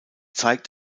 zeigt